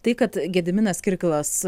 tai kad gediminas kirkilas